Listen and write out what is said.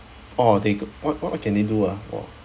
oh they could what what what can they do ah !wah!